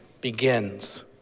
begins